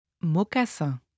Mocassin